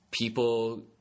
people